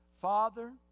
Father